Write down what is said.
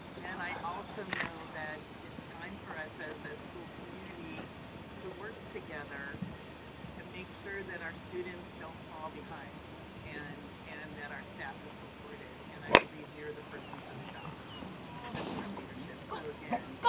and i also know that it's time for us as a school community to work together to make sure that our students don't fall behind and and that our staff is supported. and i believe you're the person for the job for the leadership. so again,